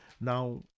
now